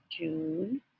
June